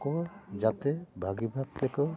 ᱟᱠᱚ ᱡᱟᱛᱮ ᱵᱷᱟᱹᱜᱤ ᱵᱷᱟᱵ ᱛᱮᱠᱚ